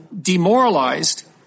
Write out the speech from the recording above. demoralized